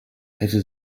hätte